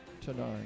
tonight